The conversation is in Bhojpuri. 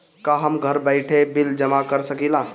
का हम घर बइठे बिल जमा कर शकिला?